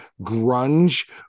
Grunge